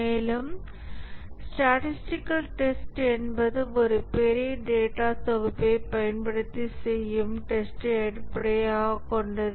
மேலும் statistical test என்பது ஒரு பெரிய டேட்டா தொகுப்பைப் பயன்படுத்தி செய்யும் டெஸ்ட்யை அடிப்படையாகக் கொண்டது